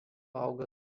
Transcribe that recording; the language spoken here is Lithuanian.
auga